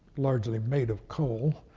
largely made of coal,